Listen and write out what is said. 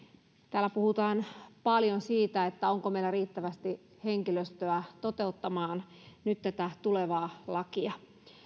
täällä puhutaan paljon siitä onko meillä nyt riittävästi henkilöstöä toteuttamaan tätä tulevaa lakia